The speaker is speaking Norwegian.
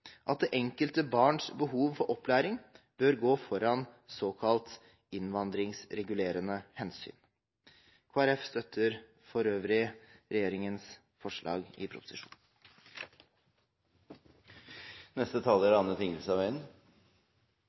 at det enkelte barns behov for opplæring bør gå foran såkalte innvandringsregulerende hensyn. Kristelig Folkeparti støtter for øvrig regjeringens forslag i proposisjonen. Jeg er